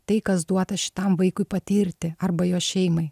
tai kas duota šitam vaikui patirti arba jo šeimai